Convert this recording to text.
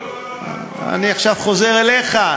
הדיון הוא, אני עכשיו חוזר אליך.